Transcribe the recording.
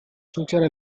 future